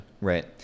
Right